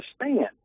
understand